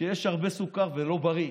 שיש הרבה סוכר וזה לא בריא.